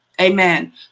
Amen